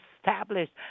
established